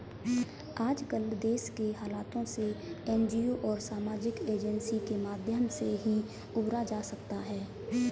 आजकल देश के हालातों से एनजीओ और सामाजिक एजेंसी के माध्यम से ही उबरा जा सकता है